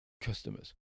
customers